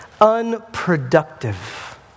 unproductive